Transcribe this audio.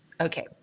Okay